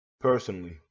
personally